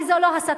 וזה לא הסתה,